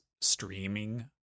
streaming